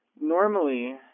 normally